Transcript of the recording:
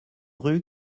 rue